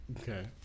Okay